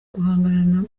guhangana